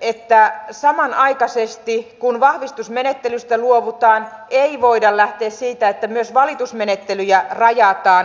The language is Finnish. että samanaikaisesti kun vahvistusmenettelystä luovutaan ei voida lähteä siitä että myös valitusmenettelyjä rajataan